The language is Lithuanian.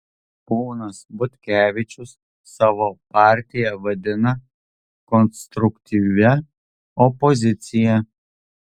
ponas butkevičius savo partiją vadina konstruktyvia opozicija